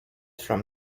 from